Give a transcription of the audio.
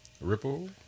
Ripple